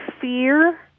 fear